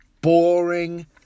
boring